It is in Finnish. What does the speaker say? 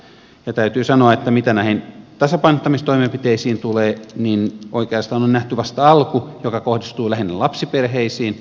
ja täytyy sanoa että mitä näihin tasapainottamistoimenpiteisiin tulee niin oikeastaan on nähty vasta alku joka kohdistuu lähinnä lapsiperheisiin